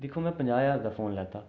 दिक्खो में पंजाह् ज्हार दा फोन लैता